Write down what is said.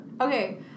Okay